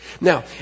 Now